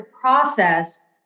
process